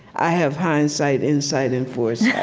i have hindsight, insight, and foresight.